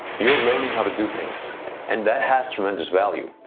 you are learning how to do things and that has tremendous value.